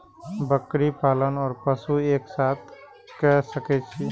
बकरी पालन ओर पशु एक साथ कई सके छी?